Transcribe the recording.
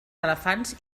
elefants